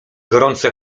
gorąco